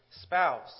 spouse